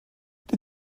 die